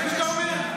זה מה שאתה אומר?